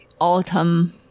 autumn